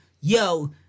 yo